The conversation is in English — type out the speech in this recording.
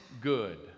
good